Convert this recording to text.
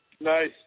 Nice